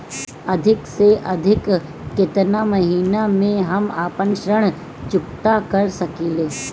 अधिक से अधिक केतना महीना में हम आपन ऋण चुकता कर सकी ले?